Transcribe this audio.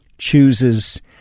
chooses